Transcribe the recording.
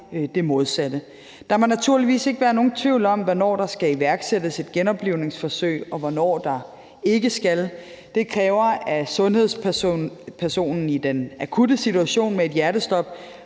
det modsatte. Der må naturligvis ikke være nogen tvivl om, hvornår der skal iværksættes et genoplivningsforsøg, og hvornår der ikke skal. Det kræver, at sundhedspersonen i den akutte situation med et hjertestop